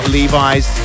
Levi's